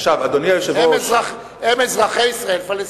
הם אזרחי ישראל פלסטינים.